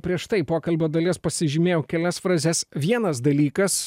prieš tai pokalbio dalies pasižymėjau kelias frazes vienas dalykas